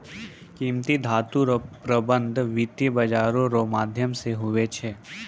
कीमती धातू रो प्रबन्ध वित्त बाजारो रो माध्यम से हुवै छै